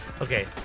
Okay